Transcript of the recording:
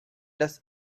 does